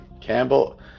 Campbell